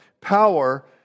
power